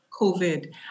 COVID